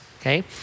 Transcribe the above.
Okay